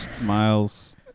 Miles